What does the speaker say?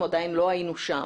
אנחנו נשמע